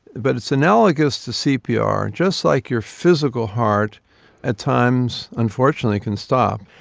but it's analogous to cpr. just like your physical heart at times unfortunately can stop,